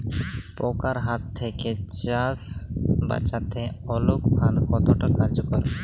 পোকার হাত থেকে চাষ বাচাতে আলোক ফাঁদ কতটা কার্যকর?